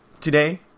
today